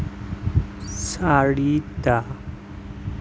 চাৰিটা